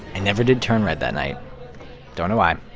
and never did turn red that night don't know why,